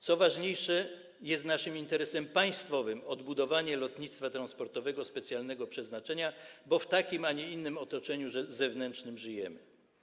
Co ważniejsze, jest naszym interesem państwowym odbudowanie lotnictwa transportowego specjalnego przeznaczenia, bo w takim, a nie innym otoczeniu zewnętrznym żyjemy.